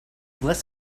less